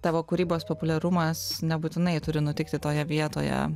tavo kūrybos populiarumas nebūtinai turi nutikti toje vietoje